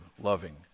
loving